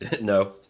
No